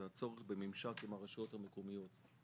זה הצורך בממשק עם הרשויות המקומיות,